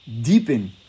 deepen